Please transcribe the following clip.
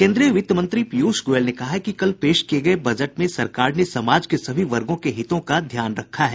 केंद्रीय वित्त मंत्री पीयूष गोयल ने कहा है कि कल पेश किये गये बजट में सरकार ने समाज के सभी वर्गो के हितों का ध्यान रखा है